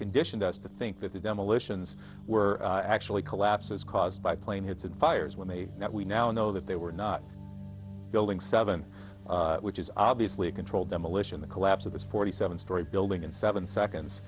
conditioned us to think that the demolitions were actually collapses caused by plane hits and fires were made that we now know that they were not building seven which is obviously a controlled demolition the collapse of this forty seven story building in seven seconds